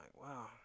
wow